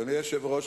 אדוני היושב-ראש,